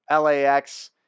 LAX